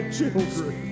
children